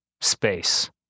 space